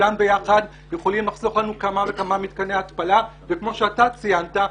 כולם ביחד יכולים לחסוך לנו כמה וכמה מתקני התפלה וכמו שאתה ציינת,